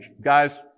guys